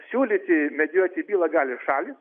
siūlyti medijuoti bylą gali šalys